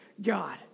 God